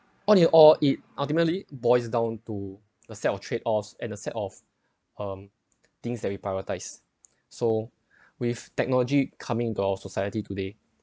what do you all eat ultimately boils down to the side of trade offs and a set of um things that we prioritise so with technology come and go in society today